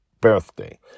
Birthday